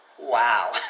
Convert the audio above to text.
wow